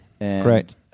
Great